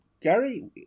Gary